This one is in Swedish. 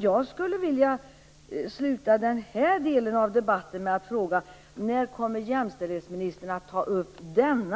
Jag skulle vilja sluta den här delen av debatten med att fråga: När kommer jämställdhetsministern att ta upp den